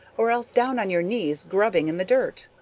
or else down on your knees grubbing in the dirt.